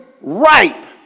ripe